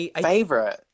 Favorite